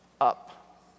up